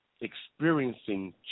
experiencing